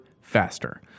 faster